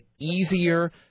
easier